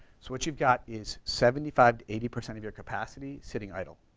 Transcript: so but you've got is seventy five to eighty percent of your capacity sitting idle.